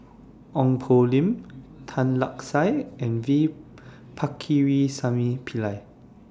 Ong Poh Lim Tan Lark Sye and V Pakirisamy Pillai